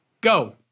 Go